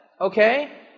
okay